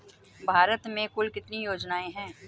भारत में कुल कितनी योजनाएं हैं?